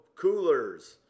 coolers